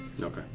Okay